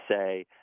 say